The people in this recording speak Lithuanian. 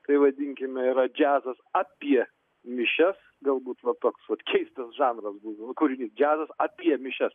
tai vadinkime yra džiazas apie mišias galbūt va toks vat keistas žanras būtų kurgi džiazas apie mišias